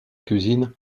cuisine